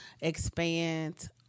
expand